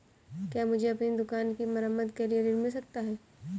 क्या मुझे अपनी दुकान की मरम्मत के लिए ऋण मिल सकता है?